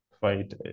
fight